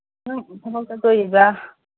ꯅꯪ ꯊꯕꯛ ꯆꯠꯇꯣꯔꯤꯕ꯭ꯔꯥ